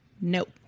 Nope